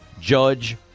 Judge